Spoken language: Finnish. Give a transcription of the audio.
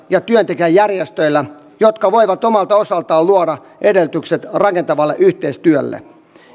ja työntekijäjärjestöillä jotka voivat omalta osaltaan luoda edellytykset rakentavalle yhteistyölle